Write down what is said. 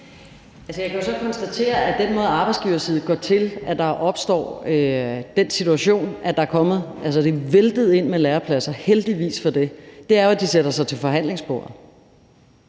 Jeg kan jo så konstatere, at den måde, arbejdsgiverside går til, at der er opstået den situation, at det er væltet ind med lærepladser – og heldigvis for det – er, at de sætter sig til forhandlingsbordet.